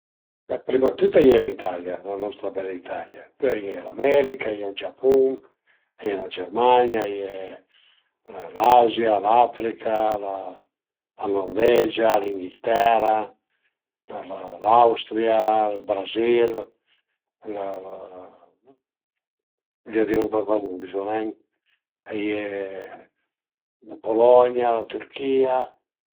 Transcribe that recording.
Be prima dë tüt a ie l'Italia, la nostra bela Italia, pöi a ie l'America, a ie ël Giapun, a ie la Germania, a ie l'Azia, l'Africa, la Norvegia, l'Inghiltera, l'Austria, ël Brazil a ie la Polonia, la Türchìa